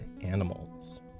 animals